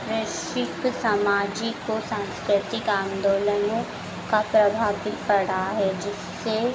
वैश्विक सामाजिक ओर साँस्कृतिक आन्दोलनों का प्रभाव भी पड़ा है जिससे